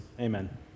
amen